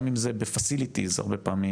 גם אם זה ב-facilities הרבה פעמים,